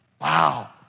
Wow